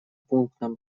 пунктам